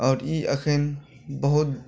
आओर ई एखन बहुत